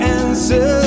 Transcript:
answer